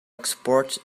export